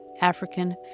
African